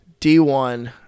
D1